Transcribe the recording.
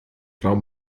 frau